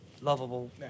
lovable